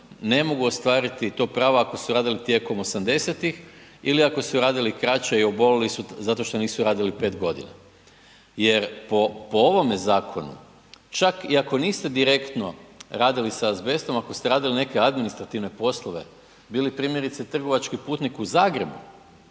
ne mogu ostvariti to pravo ako su radili tijekom 80-ih ili ako su radili kraće i obolili su zato što nisu radili 5 godina jer po ovome zakonu, čak i ako niste direktno radili sa azbestom, ako ste radili neke administrativne poslove, bili primjerice trgovački putnik u Zagrebu,